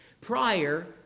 prior